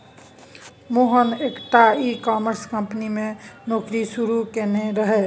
मोहन एकटा e commerce company मे नौकरी शुरू केने रहय